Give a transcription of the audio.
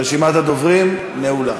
רשימת הדוברים נעולה.